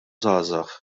żgħażagħ